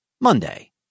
Monday